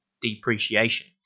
depreciation